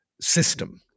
system